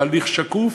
בהליך שקוף,